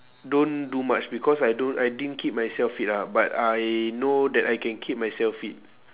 don't do much because I don't I didn't keep myself fit ah but I know that I can keep myself fit